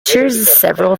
several